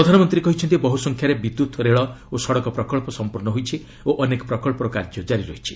ପ୍ରଧାନମନ୍ତ୍ରୀ କହିଛନ୍ତି ବହୁ ସଂଖ୍ୟାରେ ବିଦ୍ୟୁତ୍ ରେଳ ଓ ସଡ଼କ ପ୍ରକଳ୍ପ ସମ୍ପର୍ଶ୍ଣ ହୋଇଛି ଓ ଅନେକ ପ୍ରକଳ୍ପର କାର୍ଯ୍ୟ କାରି ରହିଛି